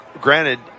granted